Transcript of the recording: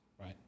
right